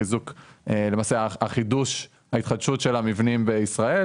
בעולם של התחדשות המבנים בישראל.